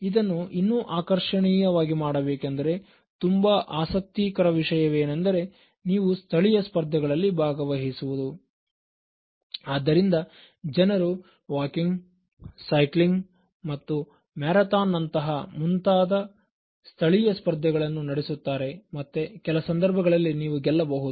ಇದನ್ನು ಇನ್ನೂ ಆಕರ್ಷಣೀಯವಾಗಿ ಮಾಡಬೇಕೆಂದರೆ ತುಂಬ ಆಸಕ್ತಿಕರ ವಿಷಯವೇನೆಂದರೆ ನೀವು ಸ್ಥಳೀಯ ಸ್ಪರ್ಧೆಗಳಲ್ಲಿ ಭಾಗವಹಿಸುವುದು ಆದ್ದರಿಂದ ಜನರು ವಾಕಿಂಗ್ ಸೈಕ್ಲಿಂಗ್ ಮತ್ತು ಮ್ಯಾರಥಾನ್ ನಂತಹ ಮುಂತಾದ ಸ್ಥಳೀಯ ಸ್ಪರ್ಧೆಗಳನ್ನು ನಡೆಸುತ್ತಾರೆ ಮತ್ತೆ ಕೆಲ ಸಂದರ್ಭದಲ್ಲಿ ನೀವು ಗೆಲ್ಲಬಹುದು